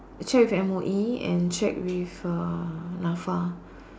check with M_O_E and check with uh Nafa